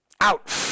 out